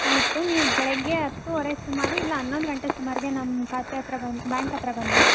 ಆಯಿತು ನೀವು ಬೆಳಗ್ಗೆ ಹತ್ತೂವರೆ ಸುಮಾರು ಇಲ್ಲ ಹನ್ನೊಂದು ಗಂಟೆ ಸುಮಾರಿಗೆ ನಮ್ಮ ಖಾತೆ ಹತ್ರ ಬಂ ಬ್ಯಾಂಕ್ ಹತ್ರ ಬಂದರೆ